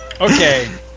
okay